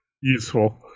useful